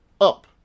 up